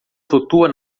flutua